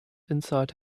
inside